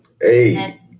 Hey